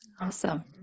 Awesome